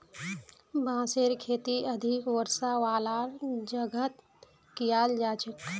बांसेर खेती अधिक वर्षा वालार जगहत कियाल जा छेक